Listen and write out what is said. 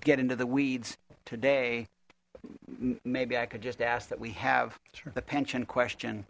get into the weeds today maybe i could just ask that we have the pension question